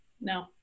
No